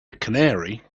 canary